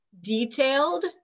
detailed